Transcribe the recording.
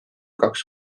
kaks